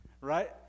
Right